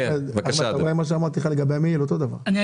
אני רוצה באמת להצטרף למה שאמר נציג משרד הבריאות והספורט וגם